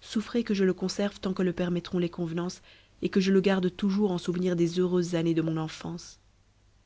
souffrez que je le conserve tant que le permettront les convenances et que je le garde toujours en souvenir des heureuses années de mon enfance